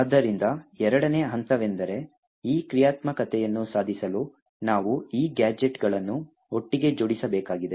ಆದ್ದರಿಂದ ಎರಡನೇ ಹಂತವೆಂದರೆ ಈ ಕ್ರಿಯಾತ್ಮಕತೆಯನ್ನು ಸಾಧಿಸಲು ನಾವು ಈ ಗ್ಯಾಜೆಟ್ಗಳನ್ನು ಒಟ್ಟಿಗೆ ಜೋಡಿಸಬೇಕಾಗಿದೆ